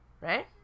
Right